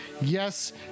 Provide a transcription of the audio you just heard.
Yes